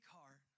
heart